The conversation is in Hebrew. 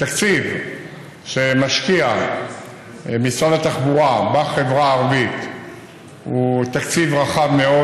התקציב שמשקיע משרד התחבורה בחברה הערבית הוא תקציב רחב מאוד,